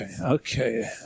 Okay